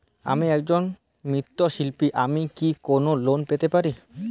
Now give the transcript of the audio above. আমি একজন মৃৎ শিল্পী আমি কি কোন লোন পেতে পারি?